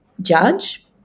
judge